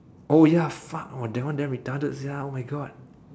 oh ya fuck eh that one damn retarded sia oh my god